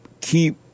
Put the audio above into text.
keep